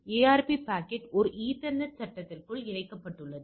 ARP packet ஒரு Ethernet சட்டத்திற்குள் இணைக்கப்பட்டுள்ளது